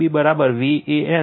તેથી Vab Van Vnb છે